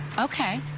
okay.